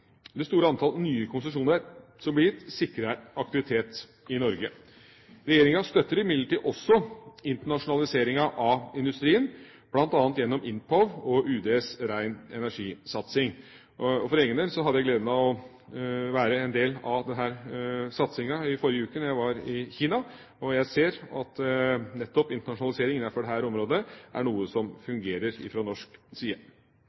Det store antallet nye konsesjoner som blir gitt, sikrer aktivitet i Norge. Regjeringa støtter imidlertid også internasjonaliseringa av industrien, bl.a. gjennom INTPOW og UDs ren energisatsing. For egen del hadde jeg gleden av å være en del av denne satsingen i forrige uke da jeg var i Kina. Jeg ser at nettopp internasjonalisering innenfor dette området er noe som fungerer fra norsk side.